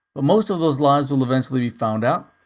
but most of those lies will eventually be found out,